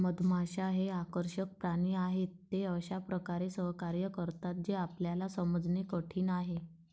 मधमाश्या हे आकर्षक प्राणी आहेत, ते अशा प्रकारे सहकार्य करतात जे आपल्याला समजणे कठीण आहे